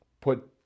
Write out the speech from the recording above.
put